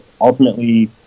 ultimately